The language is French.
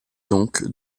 donc